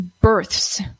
births